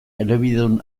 elebidun